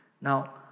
Now